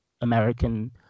American